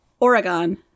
oregon